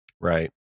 Right